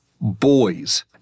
boys